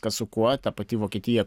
kas su kuo ta pati vokietija